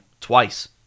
twice